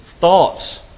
thoughts